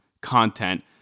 content